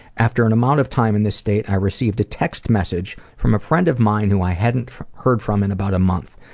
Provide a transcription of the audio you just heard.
after an amount of time in this state i received a text message from a friend of mine who i hadn't heard from in about a month.